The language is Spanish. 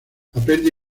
aprende